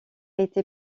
été